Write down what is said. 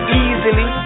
easily